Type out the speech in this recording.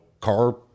car